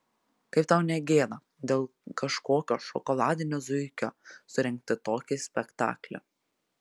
kaip tau ne gėda dėl kažkokio šokoladinio zuikio surengti tokį spektaklį